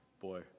Boy